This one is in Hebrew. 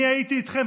אני הייתי איתכם,